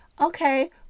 Okay